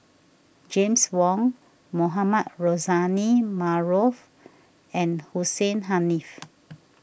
James Wong Mohamed Rozani Maarof and Hussein Haniff